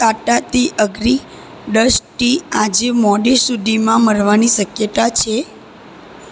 Tata tea Agni dust tea આજે મોડે સુધીમાં મળવાની શક્યતા છે